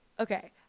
okay